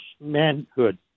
manhood